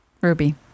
Ruby